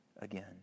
again